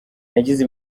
nagize